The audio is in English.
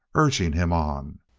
urging him on.